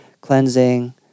cleansing